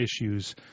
issues